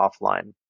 offline